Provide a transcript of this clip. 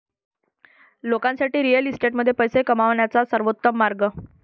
लोकांसाठी रिअल इस्टेटमध्ये पैसे कमवण्याचा सर्वोत्तम मार्ग